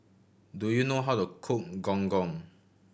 do you know how to cook Gong Gong